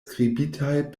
skribitaj